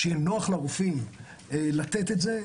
שבה יהיה נוח לרופאים לתת את זה,